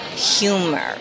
Humor